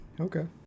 Okay